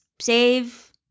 save